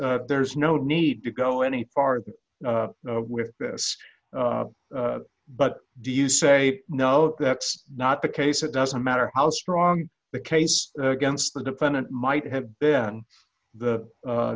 there's no need to go any farther with this but do you say no that's not the case it doesn't matter how strong the case against the defendant might have been the